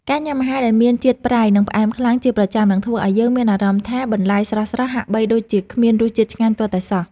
ការញ៉ាំអាហារដែលមានជាតិប្រៃ និងផ្អែមខ្លាំងជាប្រចាំនឹងធ្វើឲ្យយើងមានអារម្មណ៍ថាបន្លែស្រស់ៗហាក់បីដូចជាគ្មានរសជាតិឆ្ងាញ់ទាល់តែសោះ។